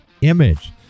image